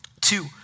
Two